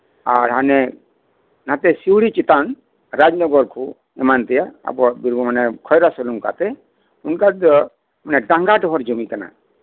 ᱟᱨ ᱦᱟᱱᱮ ᱱᱟᱛᱮ ᱥᱤᱣᱲᱤ ᱪᱮᱛᱟᱱ ᱨᱟᱡᱽ ᱱᱚᱜᱚᱨ ᱠᱚ ᱮᱢᱟᱱ ᱛᱮᱭᱟᱜ ᱟᱵᱚᱣᱟᱜ ᱵᱤᱨᱵᱷᱩᱢ ᱦᱟᱱᱮ ᱠᱷᱚᱭᱨᱟᱥᱳᱞ ᱦᱟᱱᱛᱮ ᱱᱚᱝᱠᱟ ᱛᱮᱫᱚ ᱰᱟᱝᱜᱟ ᱛᱚᱦᱚᱴ ᱡᱚᱢᱤ ᱠᱟᱱᱟ